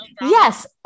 yes